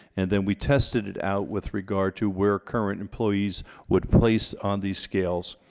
and then we tested it out with regard to where current employees would place on these scales,